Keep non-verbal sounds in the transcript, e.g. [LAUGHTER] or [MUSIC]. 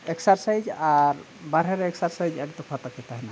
exercise ᱟᱨ ᱵᱟᱨᱦᱮ ᱨᱮ ᱮᱠᱥᱟᱨᱥᱟᱭᱤᱡ [UNINTELLIGIBLE] ᱛᱟᱦᱮᱱᱟ